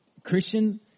Christian